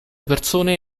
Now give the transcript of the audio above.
persone